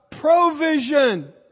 provision